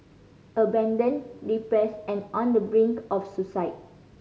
abandoned depressed and on the brink of suicide